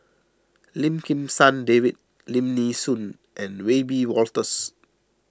Lim Kim San David Lim Nee Soon and Wiebe Wolters